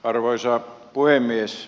arvoisa puhemies